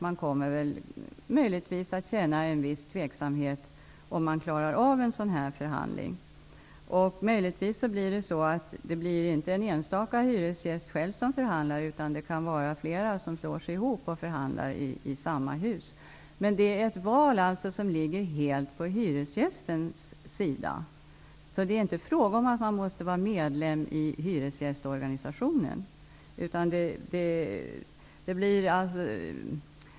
Man kommer att känna en viss tveksamhet om man klarar av en sådan förhandling. Det blir möjligen så att det inte blir en enstaka hyresgäst som förhandlar själv, utan det kan bli flera i samma hus som slår sig ihop och förhandlar. Det är ett val som helt ligger på hyresgästens sida. Det är inte frågan om att man måste vara medlem i hyresgästorganisationen.